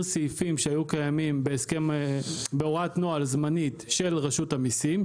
סעיפים שהיו קיימים בהוראת נוהל זמנית של רשות המיסים,